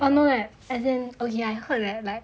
oh no leh as in oh ya I heard that